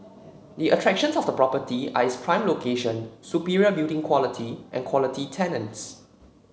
the attractions of the property are its prime location superior building quality and quality tenants